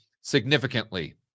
significantly